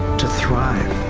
to thrive.